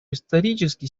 исторически